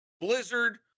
Blizzard